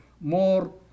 more